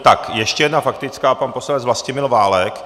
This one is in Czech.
Tak ještě jedna faktická, pan poslanec Vlastimil Válek.